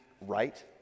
right